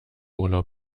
urlaub